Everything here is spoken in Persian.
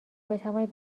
بتوانید